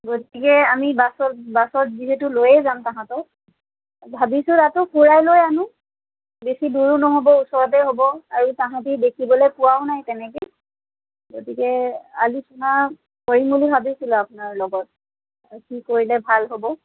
গতিকে আমি বাছত বাছত যিহেতু লৈয়ে যাম তাহাঁতক ভাবিছোঁ তাতো ফুৰাই লৈ আনো বেছি দূৰো নহ'ব ওচৰতে হ'ব আৰু তাহাঁতি দেখিবলে পোৱাও নাই তেনেকৈ গতিকে আলোচনা কৰিম বুলি ভাবিছিলোঁ আপোনাৰ লগত কি কৰিলে ভাল হ'ব